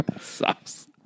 Sucks